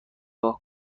نگاه